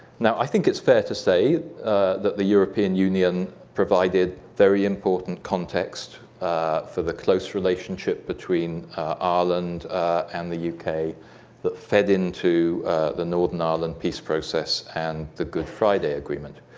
now, i think it's fair to say that the european union provided very important context for the close relationship between ireland and the yeah uk, that fed into the northern ireland peace process, and the good friday agreement.